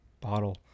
bottle